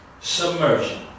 submersion